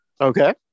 Okay